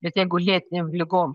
net jeigu lėtinėm ligom